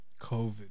COVID